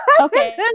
Okay